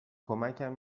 کمکم